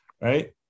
Right